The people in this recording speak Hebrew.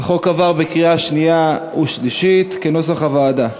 החוק עבר בקריאה שנייה ושלישית, כנוסח הוועדה.